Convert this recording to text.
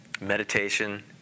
meditation